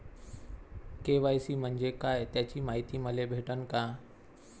KYC म्हंजे काय त्याची मायती मले भेटन का?